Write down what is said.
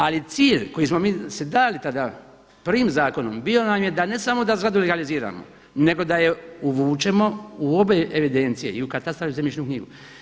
Ali cilj koji smo si mi dali tada prvim zakonom bio nam je ne samo da zgradu legaliziramo, nego da ju uvučemo u obe evidencije i u katastar i u zemljišnu knjigu.